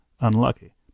unlucky